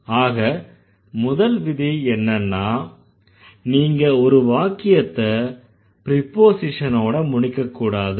ஆக முதல் விதி என்னன்னா நீங்க ஒரு வாக்கியத்தை ப்ரிபோஸிஷனோட முடிக்கக்கூடாது